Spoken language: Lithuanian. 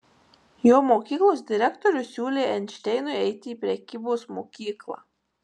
jo mokyklos direktorius siūlė einšteinui eiti į prekybos mokyklą